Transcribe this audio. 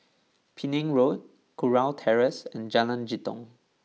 Penang Road Kurau Terrace and Jalan Jitong